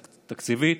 תקציבית,